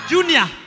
Junior